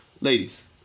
Ladies